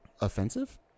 offensive